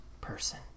person